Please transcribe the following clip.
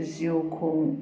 जिउखौ